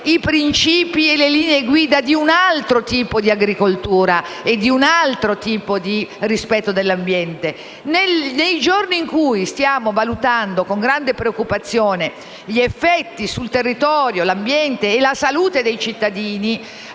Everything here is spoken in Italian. i principi e le linee guida di un altro tipo di agricoltura e di rispetto dell'ambiente? Nei giorni in cui stiamo valutando con grande preoccupazione alcuni effetti sul territorio, sull'ambiente e sulla salute dei cittadini,